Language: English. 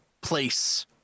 place